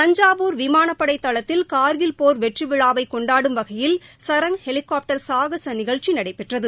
தஞ்சாவூர் விமானப்படை தளத்தில் கார்கில் போர் வெற்றிவிழாவை கொண்டாடும் வகையில் சரங் ஹெலிகாப்டர் சாகச நிகழ்ச்சி நடைபெற்றது